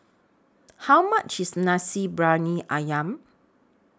How much IS Nasi Briyani Ayam